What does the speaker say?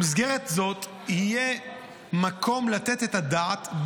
במסגרת זו יהיה מקום לתת את הדעת,